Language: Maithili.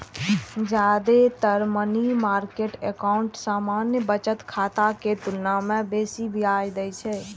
जादेतर मनी मार्केट एकाउंट सामान्य बचत खाता के तुलना मे बेसी ब्याज दै छै